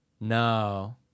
No